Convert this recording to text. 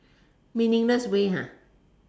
meaningless way ah